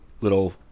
little